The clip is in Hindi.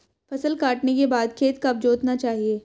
फसल काटने के बाद खेत कब जोतना चाहिये?